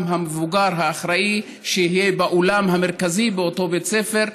המבוגר האחראי שיהיה באולם המרכזי באותו בית ספר,